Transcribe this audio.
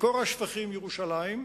מקור השפכים: מירושלים,